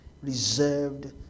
reserved